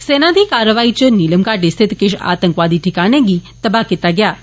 सेना दी कारवाई च नीलम घाटी स्थित किश आतंकवादी ठिकाने गी तबाह कीता गेया ऐ